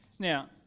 Now